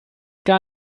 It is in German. gar